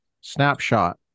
snapshot